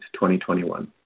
2021